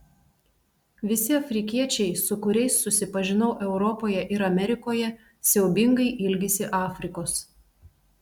visi afrikiečiai su kuriais susipažinau europoje ir amerikoje siaubingai ilgisi afrikos